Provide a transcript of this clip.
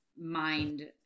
mind